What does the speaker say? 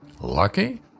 Lucky